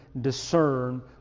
discern